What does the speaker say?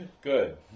Good